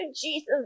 Jesus